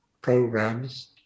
programs